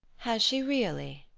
has she really?